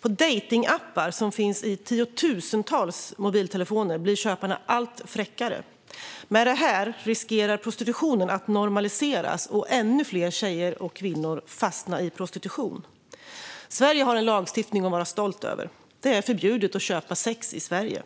På dejtingappar, som finns i tiotusentals mobiltelefoner, blir köparna allt fräckare. Med detta riskerar prostitutionen att normaliseras, och ännu fler tjejer och kvinnor riskerar att fastna i prostitution. Sverige har en lagstiftning att vara stolt över. Det är förbjudet att köpa sex i Sverige.